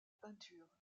peinture